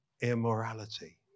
immorality